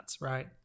right